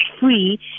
free